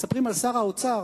מספרים על שר האוצר